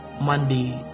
Monday